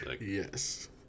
Yes